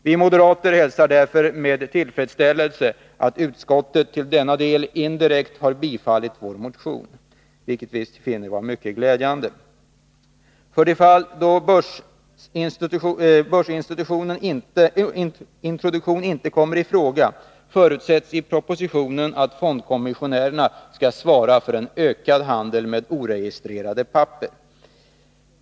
Vi moderater hälsar därför med tillfredsställelse att utskottet i denna del indirekt har tillstyrkt vår motion — vilket vi finner vara mycket glädjande. För de fall då börsinstitutionen inte kommer i fråga förutsätts i propositionen att fondkommissionärerna skall svara för en ökad handel med oregistrerade papper.